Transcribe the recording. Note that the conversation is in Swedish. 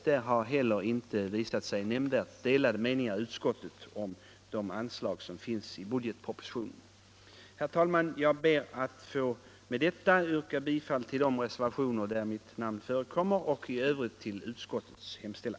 Det har inte heller rått några delade meningar i utskottet om de anslag som föreslås i budgetpropositionen vid denna punkt. Herr talman! Jag ber med detta att få yrka bifall till de reservationer, där mitt namn förekommer, och i övrigt bifall till utskottets hemställan.